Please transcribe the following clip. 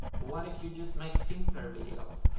what if you just make simpler videos?